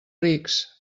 rics